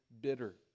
bitter